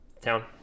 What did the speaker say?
Town